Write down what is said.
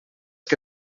que